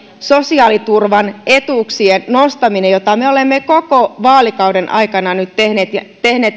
sosiaaliturvan etuuksien nostaminen jota me olemme koko vaalikauden aikana tehneet